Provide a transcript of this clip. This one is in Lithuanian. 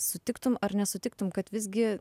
sutiktum ar nesutiktum kad visgi